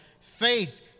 Faith